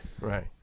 right